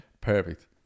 Perfect